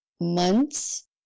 months